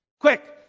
Quick